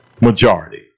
majority